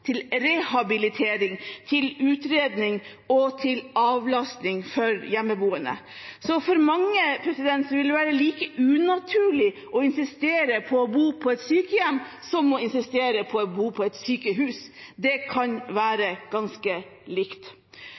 til korttidsopphold, til rehabilitering, til utredning og til avlastning for hjemmeboende. Så for mange vil det være like unaturlig å insistere på å bo på et sykehjem som å insistere på å bo på et sykehus. Det kan være ganske likt.